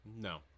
No